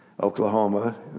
Oklahoma